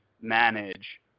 manage